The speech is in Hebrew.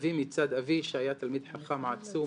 סבי מצד אבי, שהיה תלמיד חכם עצום